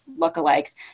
lookalikes